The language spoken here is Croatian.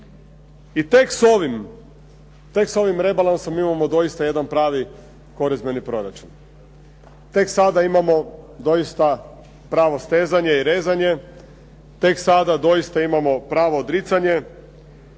i tek s ovim rebalansom imamo doista jedan pravi korizmeni proračun, tek sada imamo doista pravo stezanje i rezanje, tek sada doista imamo pravo odricanje,